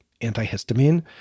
antihistamine